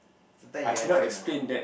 sometime it happen ah